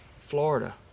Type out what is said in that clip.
Florida